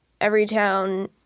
Everytown